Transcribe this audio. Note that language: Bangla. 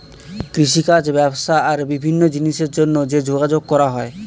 কৃষিকাজ, ব্যবসা আর বিভিন্ন জিনিসের জন্যে যে যোগাযোগ করা হয়